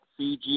CG